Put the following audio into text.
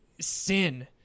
sin